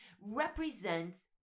represents